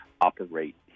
operate